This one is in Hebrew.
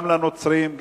גם לנוצרים,